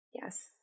Yes